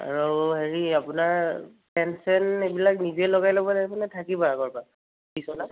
আৰু হেৰি আপোনাৰ ফেন চেন এইবিলাক নিজে লগাই ল'ব লাগিবনে থাকিব আগৰ পৰা বিচনা